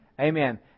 Amen